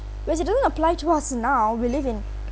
but they don't apply to us now we live in